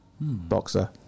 boxer